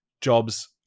jobs